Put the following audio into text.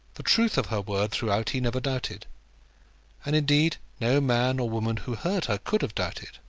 the truth of her word throughout he never doubted and, indeed, no man or woman who heard her could have doubted.